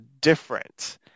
different